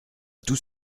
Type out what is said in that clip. tout